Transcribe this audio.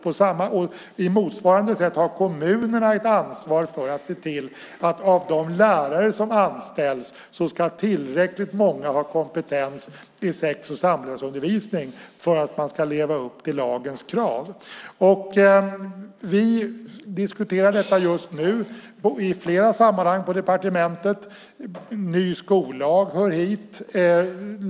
På motsvarande sätt har kommunerna ansvar för att se till att tillräckligt många av de lärare som anställs ska ha kompetens i sex och samlevnadsundervisning för att man ska leva upp till lagens krav. Vi diskuterar detta just nu i flera sammanhang på departementet. En ny skollag hör hit.